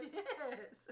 yes